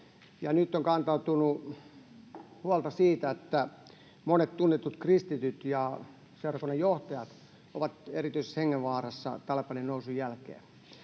nyt on kantautunut huolta siitä, että monet tunnetut kristityt ja seurakuntien johtajat ovat erityisessä hengenvaarassa Talebanin nousun jälkeen.